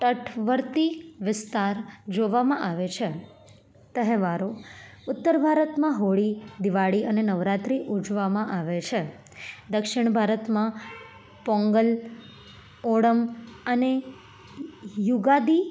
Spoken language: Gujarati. તટવર્તી વિસ્તાર જોવામાં આવે છે તહેવારો ઉત્તર ભારતમાં હોળી દિવાળી અને નવરાત્રિ ઉજવવામાં આવે છે દક્ષિણ ભારતમાં પોંગલ ઓણમ અને યુગાદી